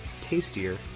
tastier